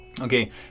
Okay